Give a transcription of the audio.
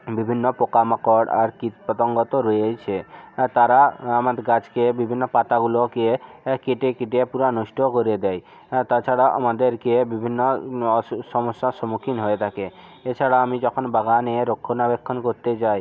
বিভিন্ন পোকা মাকড় আর কীট পতঙ্গ তো রয়েইছে তারা আমার গাছকে বিভিন্ন পাতাগুলোকে কেটে কেটে পুরা নষ্ট করে দেয় তাছাড়া আমাদেরকে বিভিন্ন অ সমস্যার সম্মুখীন হয়ে থাকে এছাড়া আমি যখন বাগানের রক্ষণাবেক্ষণ করতে যাই